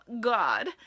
God